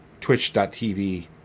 Twitch.tv